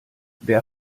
wer